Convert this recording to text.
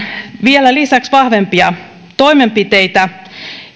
vielä lisäksi vahvempia toimenpiteitä siinä